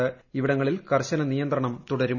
ഈ പ്രദേശങ്ങളിൽ കർശന നിയന്ത്രണം തുടരും